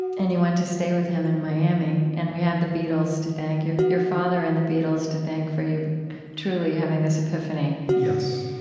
and you went to stay with him in miami. and we have the beatles to thank your your father and the beatles to thank for you but truly having this epiphany yes.